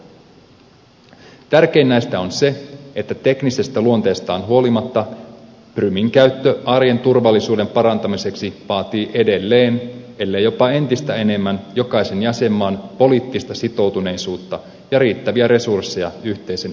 tärkein näistä on se että teknisestä luonteestaan huolimatta prumin käyttö arjen turvallisuuden parantamiseksi vaatii edelleen ellei jopa entistä enemmän jokaisen jäsenmaan poliittista sitoutuneisuutta ja riittäviä resursseja yhteisen asian taakse